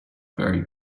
very